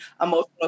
emotional